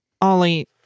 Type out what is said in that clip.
Ollie